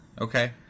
Okay